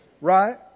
Right